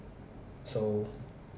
so